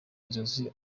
inzozi